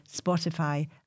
Spotify